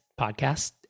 podcast